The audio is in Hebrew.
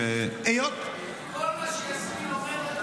-- אבל ההצעה היא של חברת הכנסת, היא מחליטה.